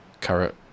carrot